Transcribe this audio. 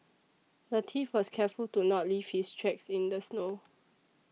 the thief was careful to not leave his tracks in the snow